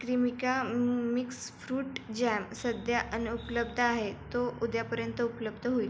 Cremica mix fruit jam सध्या अनुपलब्ध आहे तो उद्यापर्यंत उपलब्ध होईल